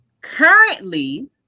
Currently